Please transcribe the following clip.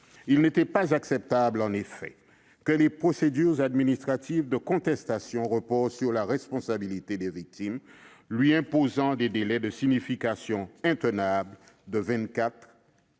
Il n'était pas acceptable, en effet, que la procédure administrative de contestation repose sur la responsabilité de la victime, lui imposant des délais de signification intenables de